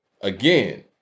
again